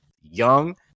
young